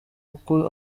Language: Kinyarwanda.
uko